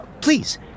Please